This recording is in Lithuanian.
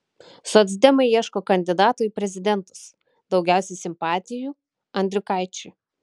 socdemai ieško kandidato į prezidentus daugiausiai simpatijų andriukaičiui